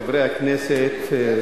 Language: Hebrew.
חברי הכנסת,